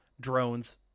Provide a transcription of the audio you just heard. drones